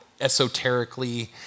esoterically